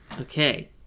Okay